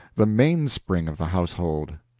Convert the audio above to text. the mainspring of the household.